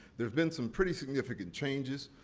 there have been some pretty significant changes.